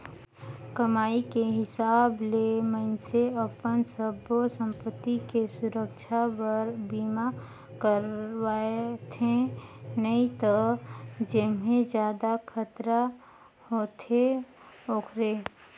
कमाई के हिसाब ले मइनसे अपन सब्बो संपति के सुरक्छा बर बीमा करवाथें नई त जेम्हे जादा खतरा होथे ओखरे